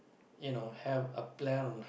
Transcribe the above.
you know have a plan